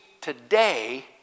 today